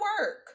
work